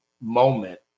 moment